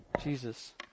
Jesus